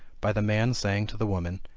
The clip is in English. by the man saying to the women,